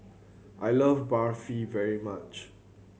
I love Barfi very much